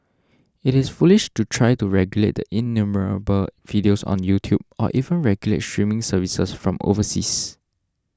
it is foolish to try to regulate the innumerable videos on YouTube or even regulate streaming services from overseas